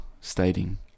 stating